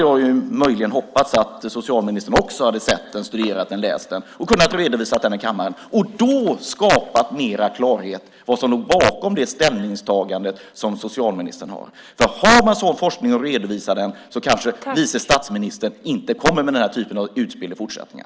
Jag hade möjligen hoppats att socialministern också hade sett den, studerat den, läst den och kunnat redovisa den i kammaren. Då hade han skapat mer klarhet om vad som låg bakom det ställningstagande som socialministern gör. Har man sådan forskning och redovisar den kanske vice statsministern inte kommer med den här typen av utspel i fortsättningen.